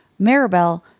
Maribel